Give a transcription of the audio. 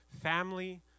Family